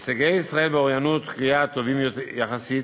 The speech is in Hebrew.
הישגי ישראל באוריינות קריאה טובים יחסית,